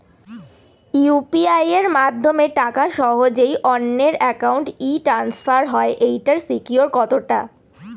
UPI মাধ্যমে টাকা সহজেই অন্যের অ্যাকাউন্ট ই ট্রান্সফার হয় এইটার সিকিউর কত টা?